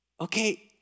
Okay